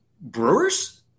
brewers